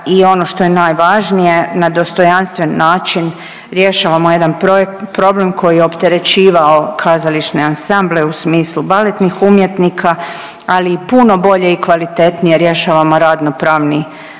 i ono što je najvažnije, na dostojanstven način rješavamo jedan problem koji je opterećivao kazališne ansamble u smislu baletnih umjetnika, ali i puno bolje i kvalitetnije rješavamo radnopravni status